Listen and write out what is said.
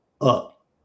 up